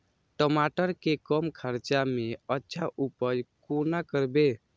टमाटर के कम खर्चा में अच्छा उपज कोना करबे?